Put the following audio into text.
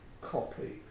copy